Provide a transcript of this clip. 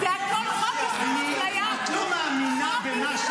למה כן?